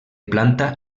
planta